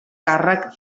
càrrec